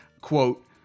Quote